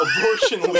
abortion